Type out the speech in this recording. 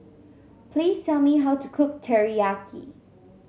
please tell me how to cook Teriyaki